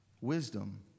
Wisdom